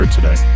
today